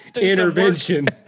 intervention